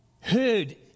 heard